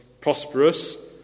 prosperous